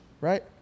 Right